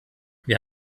wir